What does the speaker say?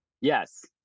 Yes